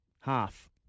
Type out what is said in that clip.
half